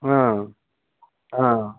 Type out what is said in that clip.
ఆ ఆ